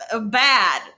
bad